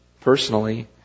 personally